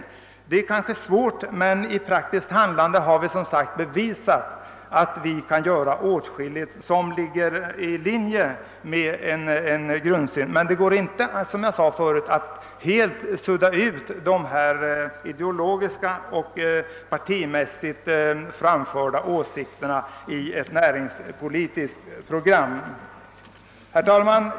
Detta är måhända svårt, men vi har som sagt i praktiken bevisat att åtskilligt kan åstadkommas på detta sätt. Men som jag sade tidigare går det inte att helt sudda ut de ideologiska och partimässigt framförda åsikterna i ett näringspolitiskt program. Herr talman!